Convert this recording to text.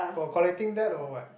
for collecting debt or what